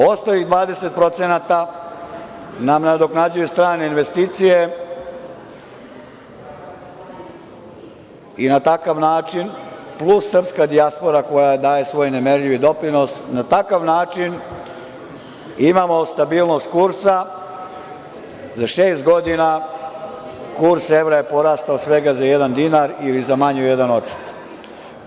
Ostalih 20% nam nadoknađuje strane investicije i na takav način, plus srpska dijaspora koja daje svoj nemerljiv doprinos, na takav način imamo stabilnost kursa za šest godina, kurs evra je porastao svega za jedan dinar ili za manje od 1%